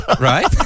Right